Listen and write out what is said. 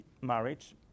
marriage